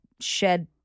shed